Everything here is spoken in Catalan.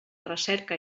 recerca